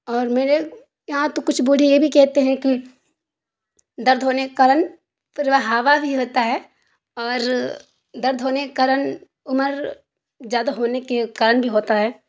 اور میرے یہاں تو کچھ بوڑھے یہ بھی کہتے ہیں کہ درد ہونے کا کارن تو ہوا بھی ہوتا ہے اور درد ہونے کا کارن عمر زیادہ ہونے کے کارن بھی ہوتا ہے